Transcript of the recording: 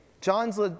John's